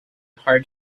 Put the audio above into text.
hard